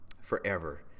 forever